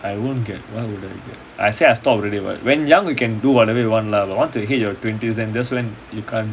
I won't get why would I get I say I stopped already [what] when young can do whatever you want lah but once you hit twenties that's when you can't